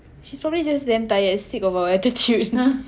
she's probably just damn tired sick of our attitude